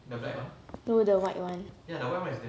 to the white one